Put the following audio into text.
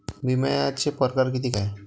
बिम्याचे परकार कितीक हाय?